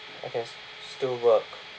I can still work